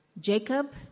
Jacob